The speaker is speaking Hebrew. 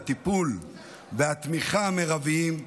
את הטיפול והתמיכה המרביים,